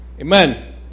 Amen